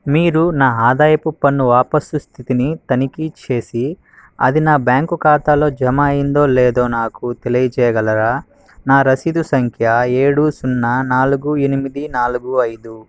మీరు నా ఆదాయపు పన్ను వాపసు స్థితిని తనిఖీ చేసి అది నా బ్యాంకు ఖాతాలో జమ అయ్యిందో లేదో నాకు తెలియజేయగలరా నా రసీదు సంఖ్య ఏడు సున్నా నాలుగు ఎనిమిది నాలుగు ఐదు